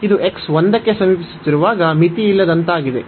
ಇದು x 1 ಕ್ಕೆ ಸಮೀಪಿಸುತ್ತಿರುವಾಗ ಮಿತಿಯಿಲ್ಲದಂತಾಗಿದೆ